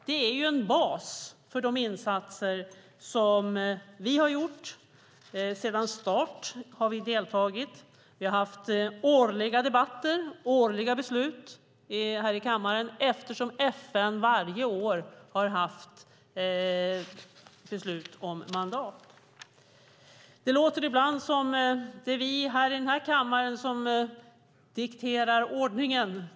Detta är en bas för de insatser som vi har gjort. Vi har deltagit sedan start. Vi har haft årliga debatter och årliga beslut här i kammaren, eftersom FN varje år har haft beslut om mandat. Det låter ibland som om det är vi i den här kammaren som dikterar ordningen.